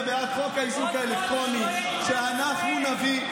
בעד חוק האיזוק האלקטרוני שאנחנו נביא.